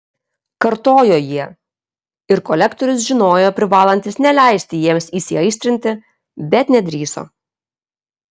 kartojo jie ir kolektorius žinojo privalantis neleisti jiems įsiaistrinti bet nedrįso